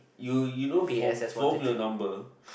you you know from from your number